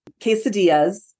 quesadillas